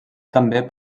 també